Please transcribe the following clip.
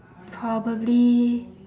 probably